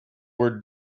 were